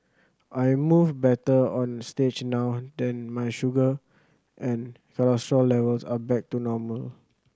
I move better on stage now then my sugar and cholesterol levels are back to normal